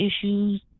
issues